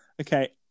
okay